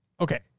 Okay